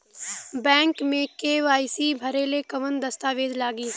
Bank मे KYC भरेला कवन दस्ता वेज लागी?